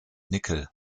nickel